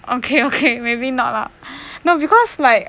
okay okay maybe not no because like